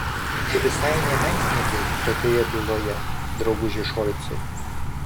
tai visai ne menkniekiai tokioje byloje drauguži šolcai